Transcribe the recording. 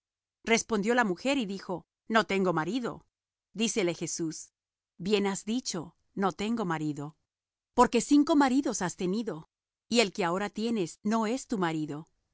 respondió la mujer y dijo no tengo marido dícele jesús bien has dicho no tengo marido porque cinco maridos has tenido y el que ahora tienes no es tu marido